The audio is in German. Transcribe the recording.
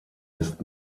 ist